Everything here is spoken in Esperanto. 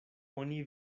oni